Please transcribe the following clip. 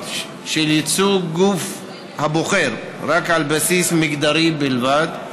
של ייצוג גוף הבוחר על בסיס מגדרי בלבד.